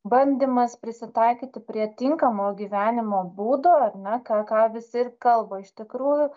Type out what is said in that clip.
bandymas prisitaikyti prie tinkamo gyvenimo būdo ar ne ką ką visi ir kalba iš tikrųjų